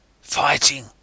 fighting